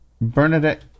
Bernadette